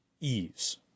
ease